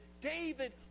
David